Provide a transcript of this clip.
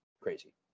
Crazy